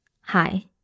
Hi